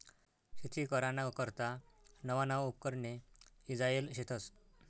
शेती कराना करता नवा नवा उपकरणे ईजायेल शेतस